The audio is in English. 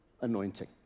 anointing